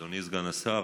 אדוני סגן השר,